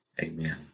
Amen